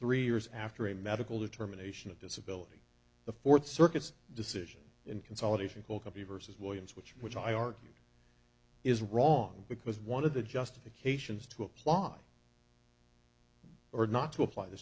three years after a medical determination of disability the fourth circuit's decision and consolidation call could be versus williams which which i argued is wrong because one of the justifications to apply or not to apply the